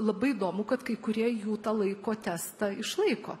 labai įdomu kad kai kurie jų tą laiko testą išlaiko